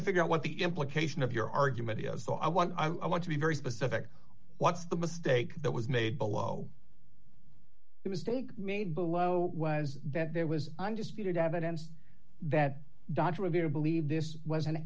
to figure out what the implication of your argument is so i want i want to be very specific what's the mistake that was made below it was take me below was that there was undisputed evidence that dr revere believed this was an